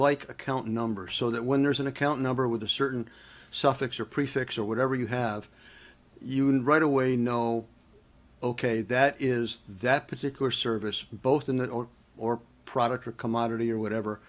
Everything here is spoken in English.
like account number so that when there's an account number with a certain suffix or prefix or whatever you have used right away no ok that is that particular service both in that order or product or commodity or whatever